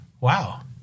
Wow